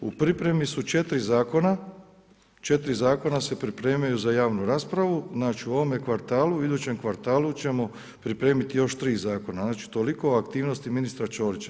U pripremi su 4 zakona, 4 zakona se pripremaju za javnu raspravu, znači u ovome kvartalu, idućem kvartalu, ćemo pripremiti još 3 zakona, znači toliko aktivnosti ministra Čorića.